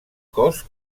cos